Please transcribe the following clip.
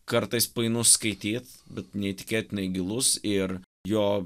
kartais painus skaityt bet neįtikėtinai gilus ir jo